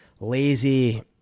lazy